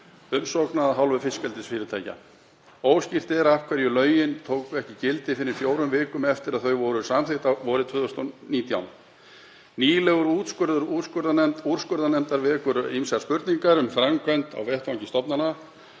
umsókna af hálfu fiskeldisfyrirtækja. Óskýrt er af hverju lögin tóku ekki gildi fyrr en fjórum vikum eftir að þau voru samþykkt vorið 2019. Nýlegur úrskurður úrskurðarnefndar vekur ýmsar spurningar um framkvæmd á vettvangi stofnana.